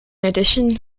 addition